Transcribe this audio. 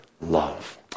love